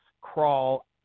crawl